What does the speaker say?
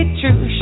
true